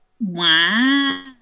Wow